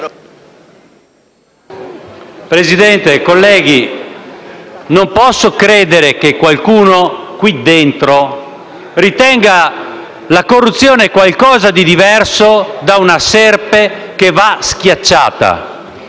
Presidente, colleghi, non posso credere che qualcuno qui dentro ritenga la corruzione qualcosa di diverso da una serpe che va schiacciata.